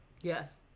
Yes